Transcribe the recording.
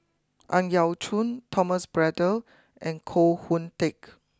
Ang Yau Choon Thomas Braddell and Koh Hoon Teck